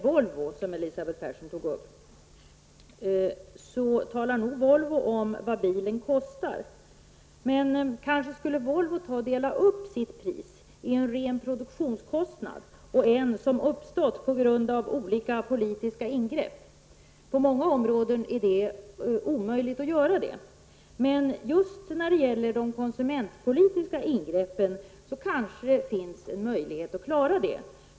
Volvo, som Elisabeth Persson tog upp, talar nog om vad bilen kostar. Men kanske borde Volvo dela upp sitt pris i en ren produktionskostnad och en som uppstått på grund av olika politiska ingrepp. På många områden är det omöjligt att göra detta, men just när det gäller de konsumentpolitiska ingreppen kanske det finns en möjlighet att klara det.